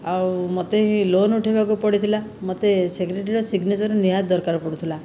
ଆଉ ମୋତେ ଲୋନ ଉଠାଇବାକୁ ପଡ଼ିଥିଲା ମୋତେ ସେକ୍ରେଟେରୀର ସିଗ୍ନେଚର ନିହାତି ଦରକାର ପଡ଼ୁଥିଲା